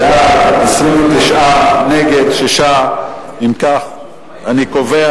בעד, 29. נגד, 6. אם כך, אני קובע